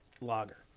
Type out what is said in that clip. lager